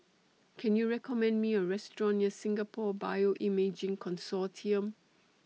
Can YOU recommend Me A Restaurant near Singapore Bioimaging Consortium